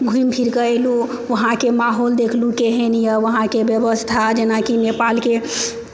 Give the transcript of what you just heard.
घुमि फिर कऽ अयलहुॅं वहाँके माहौल देखलहुॅं केहन यऽ वहाँके ब्यबस्था जेनाकि नेपालके